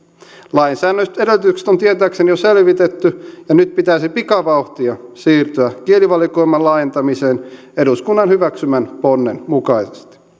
lainsäädännölliset edellytykset on tietääkseni jo selvitetty ja nyt pitäisi pikavauhtia siirtyä kielivalikoiman laajentamiseen eduskunnan hyväksymän ponnen mukaisesti